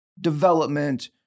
development